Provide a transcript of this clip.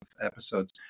episodes